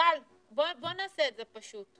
גל, בוא נעשה את זה פשוט.